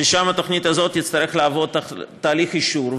שם התוכנית הזאת תצטרך לעבור תהליך אישור.